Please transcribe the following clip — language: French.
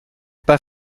pas